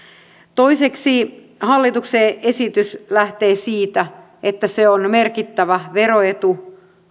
toiseksi hallituksen esitys lähtee siitä että se on merkittävä veroetu